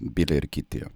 bilė ir kiti